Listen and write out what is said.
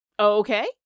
Okay